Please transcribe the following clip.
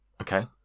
Okay